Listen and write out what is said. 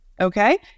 okay